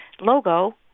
logo